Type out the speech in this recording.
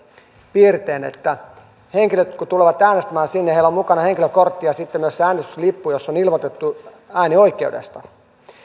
piirteen että kun henkilöt tulevat äänestämään sinne ja heillä on mukanaan henkilökortti ja sitten myös se äänestyslippu jossa on ilmoitettu äänioikeudesta